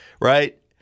Right